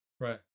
right